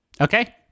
Okay